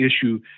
issue